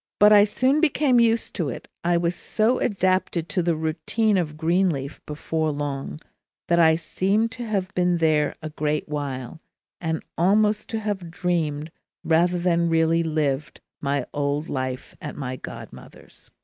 but i soon became used to it. i was so adapted to the routine of greenleaf before long that i seemed to have been there a great while and almost to have dreamed rather than really lived my old life at my godmother's.